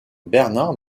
bernard